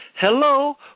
hello